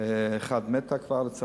אחת מתה כבר, לצערנו,